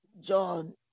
John